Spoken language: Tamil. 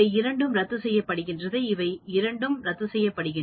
இவை இரண்டும் ரத்துசெய்யப்படும் இவை இரண்டும் ரத்துசெய்யப்படும்